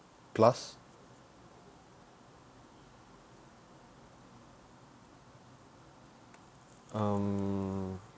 plus um